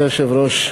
אדוני היושב-ראש,